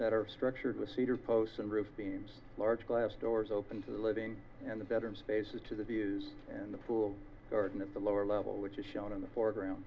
that are structured with cedar posts and roof beams large glass doors open to the living and the bedroom spaces to the views and the pool at the lower level which is shown in the foreground